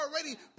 already